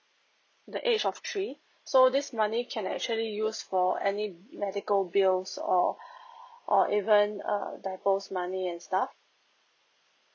the age of three so this money can actually use for any medical bills or or even err diapers money and stuff